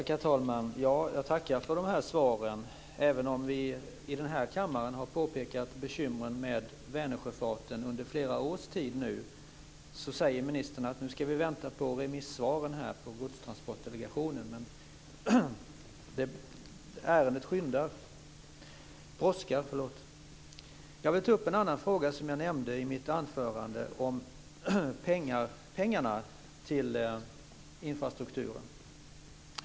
Herr talman! Jag tackar för de här svaren. Trots att vi i den här kammaren har påpekat bekymren med Vänersjöfarten under flera års tid säger ministern att vi ska vänta på remissvaren när det gäller Godstransportdelegationens förslag. Men ärendet brådskar. Jag vill ta upp en annan fråga som jag nämnde i mitt anförande, pengarna till infrastrukturen.